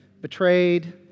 betrayed